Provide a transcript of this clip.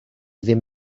ddim